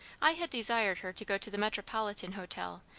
i had desired her to go to the metropolitan hotel,